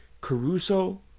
Caruso